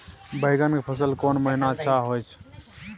बैंगन के फसल कोन महिना अच्छा होय छै?